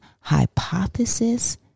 hypothesis